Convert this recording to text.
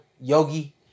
yogi